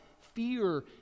fear